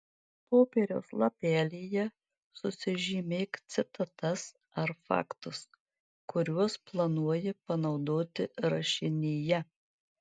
popieriaus lapelyje susižymėk citatas ar faktus kuriuos planuoji panaudoti rašinyje